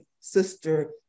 sister